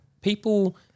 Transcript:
people